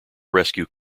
rescue